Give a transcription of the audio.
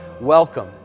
Welcome